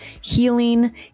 healing